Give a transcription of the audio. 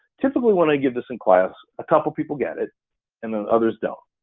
typically, when i give this in class, a couple people get it and then others don't.